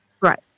Right